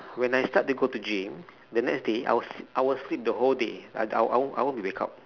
when I start to go to gym the next day I will I will sleep the whole day I I I won't I won't wake up